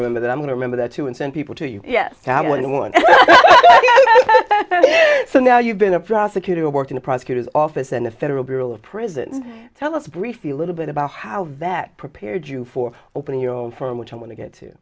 remember that i'm going to remember that too and send people to you yes i want one so now you've been a prosecutor worked in a prosecutor's office in a federal prison tell us briefly a little bit about how that prepared you for opening your own firm which i want to get to